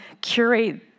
curate